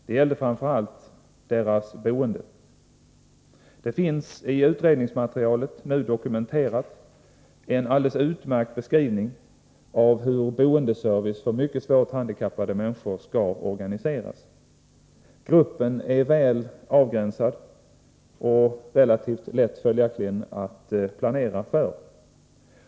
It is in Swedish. Det gällde framför allt deras boende. Det finns i utredningsmaterialet nu dokumenterat en alldeles utmärkt beskrivning av hur boendeservice för mycket svårt handikappade skall organiseras. Gruppen är väl avgränsad och följaktligen relativt lätt att planera för.